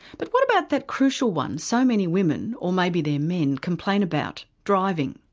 but what about that crucial one so many women, or maybe their men, complain about driving.